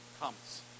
comes